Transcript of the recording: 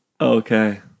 Okay